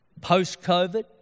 post-COVID